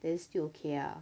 then still okay ah